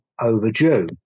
overdue